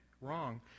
wrong